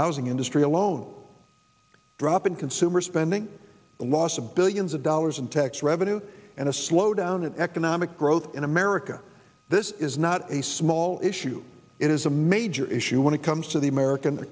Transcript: housing industry alone drop in consumer spending the loss of billions of dollars in tax revenue and a slowdown in economic growth in america this is not a small issue it is a major issue when it comes to the american